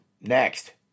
next